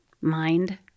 Mind